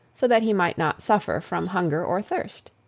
so that he might not suffer from hunger or thirst.